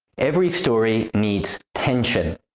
every story needs tension.